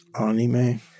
Anime